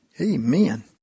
Amen